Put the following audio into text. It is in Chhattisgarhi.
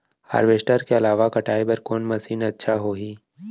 हारवेस्टर के अलावा कटाई बर कोन मशीन अच्छा होही?